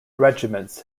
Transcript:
regiments